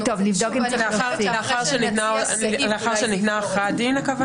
הכוונה לאחר שניתנה הכרעת דין?